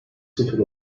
sıfır